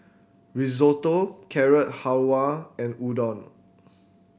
Risotto Carrot Halwa and Udon